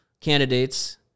candidates